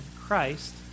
Christ